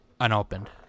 unopened